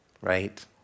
Right